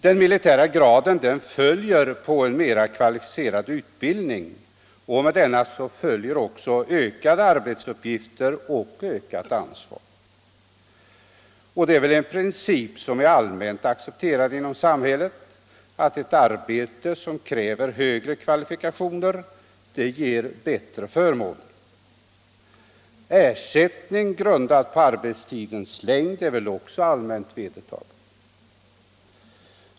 Den militära graden följer på en mer kvalificerad utbildning och med denna följer även ökade arbets uppgifter och ökat ansvar. Det är väl en princip som är allmänt accepterad = Nr 88 inom samhället att ett arbete som kräver högre kvalifikationer ger bättre Torsdagen den förmåner. Ersättning.grundad på arbetstidens längd är väl också allmänt 22 maj 1975 vedertaget.